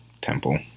temple